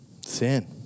Sin